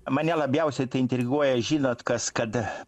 mane labiausiai tai intriguoja žinot kas kad